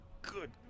Good